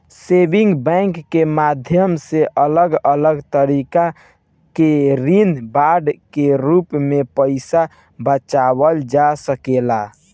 saving bank के माध्यम से अलग अलग तरीका के ऋण बांड के रूप में पईसा बचावल जा सकेला